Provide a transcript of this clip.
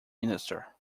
minister